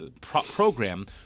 program